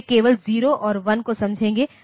तो वे केवल जीरो और वन को समझेंगे